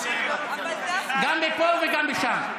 גם מפה וגם משם.